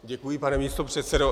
Děkuji, pane místopředsedo.